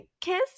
kiss